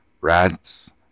rats